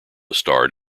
starred